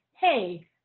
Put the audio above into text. hey